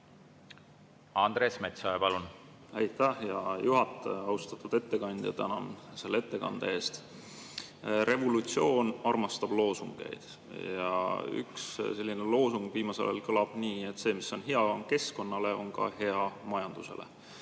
Andres Metsoja, palun! Aitäh, hea juhataja! Austatud ettekandja, tänan selle ettekande eest! Revolutsioon armastab loosungeid ja üks loosung viimasel ajal kõlab nii: see, mis on hea keskkonnale, on ka hea majandusele.